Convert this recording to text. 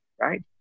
right